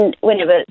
whenever